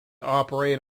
operate